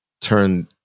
turn